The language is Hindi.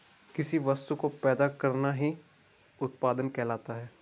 किसी वस्तु को पैदा करना ही उत्पादन कहलाता है